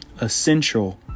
Essential